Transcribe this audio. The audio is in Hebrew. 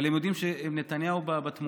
אבל הם יודעים שנתניהו בתמונה.